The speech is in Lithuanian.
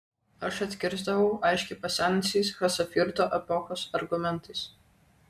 aš atkirsdavau aiškiai pasenusiais chasavjurto epochos argumentais